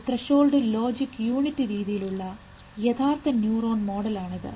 ഒരു threshold logic unit രീതിയിലുള്ള യഥാർത്ഥ ന്യൂറോൺ മോഡലാണിത്